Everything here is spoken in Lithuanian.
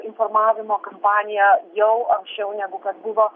informavimo kampaniją jau anksčiau negu kad buvo